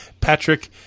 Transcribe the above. Patrick